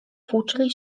włóczyli